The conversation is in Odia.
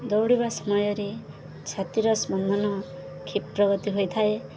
ଦୌଡ଼ିବା ସମୟରେ ଛାତିର ସ୍ପନ୍ଦନ କ୍ଷିପ୍ରଗତି ହୋଇଥାଏ